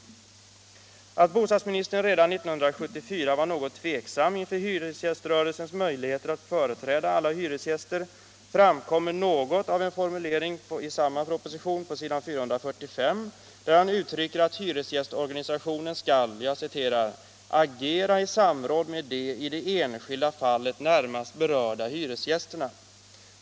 Att bostadsministern redan 1974 var något tveksam inför hyresgäströrelsens möjligheter att företräda alla hyresgäster framkommer i viss mån av en formulering i samma proposition på s. 445, där han uttrycker att hyresgästorganisationen skall ”agera i samråd med de i det enskilda fallet närmast berörda hyresgästerna”.